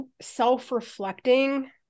self-reflecting